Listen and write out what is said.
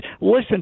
listen